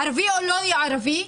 ערבי או לא ערבי,